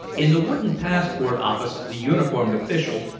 in the wooden passport office the uniformed official,